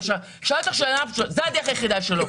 שאלתי אותך על מקרה שזו הדרך היחידה שלו,